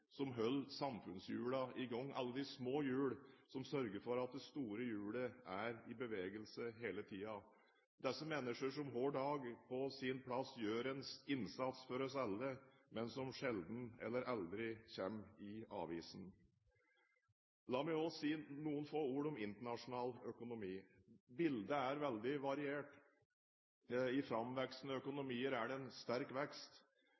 som holder samfunnshjulene i gang, alle de små hjul som sørger for at det store hjulet er i bevegelse hele tiden, disse mennesker som hver dag på sin plass gjør en innsats for oss alle, men som sjelden eller aldri kommer i avisen. La meg også si noen få ord om internasjonal økonomi. Bildet er veldig variert. I framvoksende økonomier er det en sterk vekst.